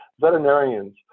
veterinarians